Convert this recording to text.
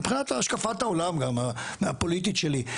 מבחינת השקפת העולם הפוליטית שלי.